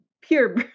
pure